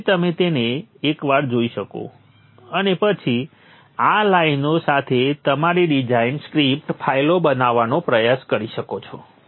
તેથી તમે તેને એકવાર જોઈ શકો અને પછી આ લાઇનો સાથે તમારી ડિઝાઇન સ્ક્રિપ્ટ ફાઇલો બનાવવાનો પ્રયાસ કરી શકો છો